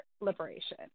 liberation